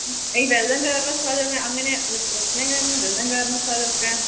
ഈ വെള്ളം കയറുന്ന സ്ഥലം അങ്ങനെ പ്രശ്നം കാരണം വെള്ളം കയറണ സ്ഥലമൊക്കെ